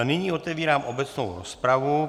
Nyní otevírám obecnou rozpravu.